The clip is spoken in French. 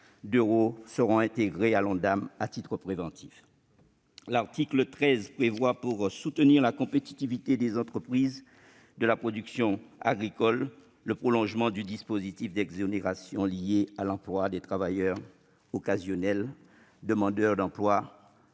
d'euros seront intégrés à l'Ondam à titre préventif. L'article 13 prévoit, pour soutenir la compétitivité des entreprises de la production agricole, le prolongement du dispositif d'exonération lié à l'emploi des travailleurs occasionnels-demandeurs d'emploi,